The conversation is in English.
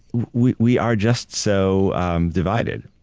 we we are just so divided.